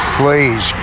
please